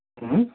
ಹ್ಞೂ